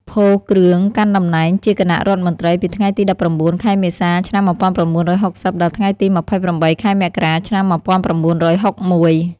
ផូ គ្រឿង កាន់តំណែងជាគណៈរដ្ឋមន្ត្រីពីថ្ងៃទី១៩ ខែមេសា ឆ្នាំ១៩៦០ ដល់ថ្ងៃទី ២៨ ខែមករា ឆ្នាំ១៩៦១។